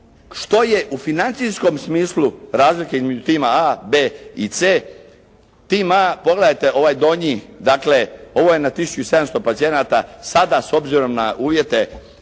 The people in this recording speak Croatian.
što je u financijskom smislu razlika između tima A, B i C. Tim A, pogledajte ovaj donji. Dakle, ovo je na 1700 pacijenata sada s obzirom na uvjete